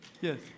Yes